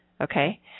okay